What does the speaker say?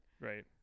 Right